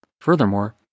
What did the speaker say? Furthermore